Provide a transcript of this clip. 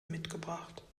mitgebracht